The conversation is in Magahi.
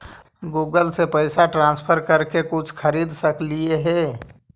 गूगल से भी पैसा ट्रांसफर कर के कुछ खरिद सकलिऐ हे?